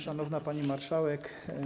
Szanowna Pani Marszałek!